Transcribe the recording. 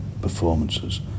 performances